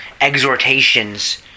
exhortations